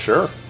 Sure